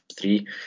three